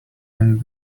and